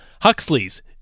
Huxley's